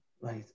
right